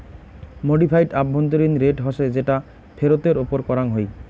modified আভ্যন্তরীণ rate হসে যেটা ফেরতের ওপর করাঙ হই